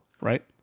right